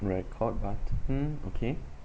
record but hmm okay